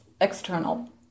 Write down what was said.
external